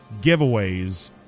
giveaways